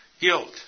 guilt